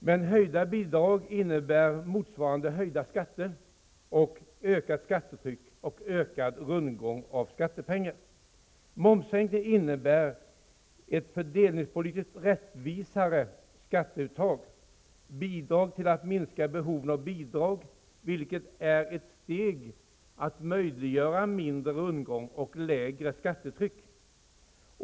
Men höjda bidrag innebär i motsvarande grad höjda skatter och ökat skattetryck samt en ökad rundgång beträffande skattepengar. Momssänkningen innebär ett fördelningspolitiskt rättvisare skatteuttag, och den bidrar till att behoven av bidrag minskar, vilket är ett steg som möjliggör mindre av rundgång och ett lägre skattetryck.